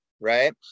right